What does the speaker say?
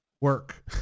work